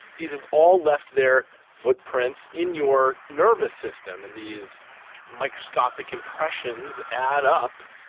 these have all left their footprints in your nervous system, and these microscopic impressions add up,